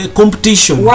competition